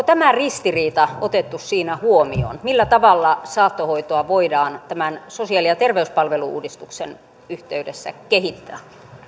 tämä ristiriita otettu siinä huomioon millä tavalla saattohoitoa voidaan tämän sosiaali ja terveyspalvelu uudistuksen yhteydessä kehittää